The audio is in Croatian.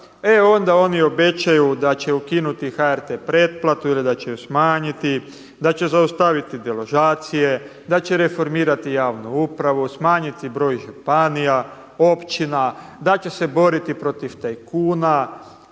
onda oni obećaju da će ukinuti HRT pretplatu ili da će ju smanjiti, da će zaustaviti deložacije, da će reformirati javnu upravu, smanjiti broj županija, općina, da će se boriti protiv tajkuna,